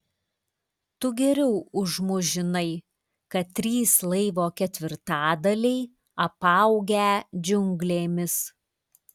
tu geriau už mus žinai kad trys laivo ketvirtadaliai apaugę džiunglėmis